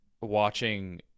watching